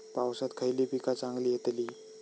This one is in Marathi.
पावसात खयली पीका चांगली येतली?